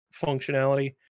functionality